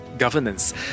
governance